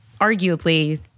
arguably